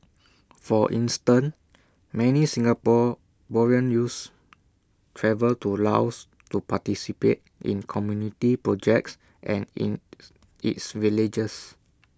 for instance many Singaporean youths travel to Laos to participate in community projects an in its villages